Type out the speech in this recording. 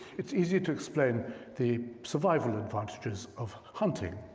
it's easy to explain the survival advantages of hunting.